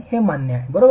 हे मान्य आहे बरोबर